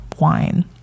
wine